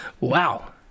Wow